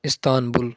Istanbul